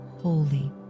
holy